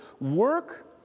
work